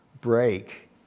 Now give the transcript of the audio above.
break